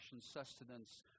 sustenance